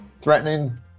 threatening